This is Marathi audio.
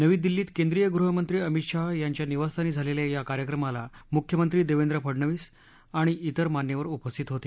नवी दिल्लीत केंद्रीय गुहमंत्री अमित शाह यांच्या निवासस्थानी झालेल्या या कार्यक्रमाला मुख्यमंत्री देवेंद्र फडणवीस आणि इतर मान्यवर उपस्थित होते